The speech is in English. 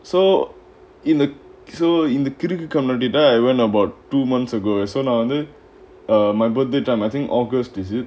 so in the in the critical colour when about two months ago eh so நா வந்து:naa vanthu err my birthday time I think august is it